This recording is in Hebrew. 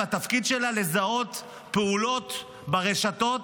והתפקיד שלה לזהות פעולות ברשתות,